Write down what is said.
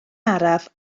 araf